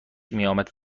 میامد